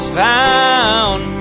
found